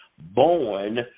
born